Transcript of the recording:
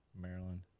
Maryland